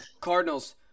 Cardinals